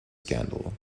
scandal